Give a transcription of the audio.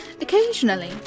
Occasionally